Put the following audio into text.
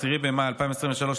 10 במאי 2023,